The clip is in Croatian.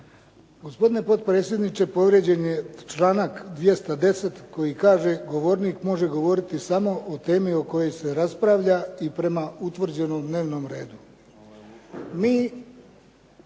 Gospodine potpredsjedniče, povrijeđen je članak 210. koji kaže, govornik može govoriti samo o temi o kojoj se raspravlja i prema utvrđenom dnevnom redu.